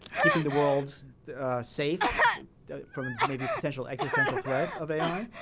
keeping the world safe from maybe potential existential threat of ai.